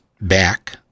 back